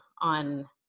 on